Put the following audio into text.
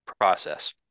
process